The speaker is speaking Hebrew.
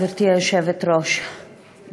גברתי היושבת-ראש,